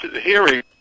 hearing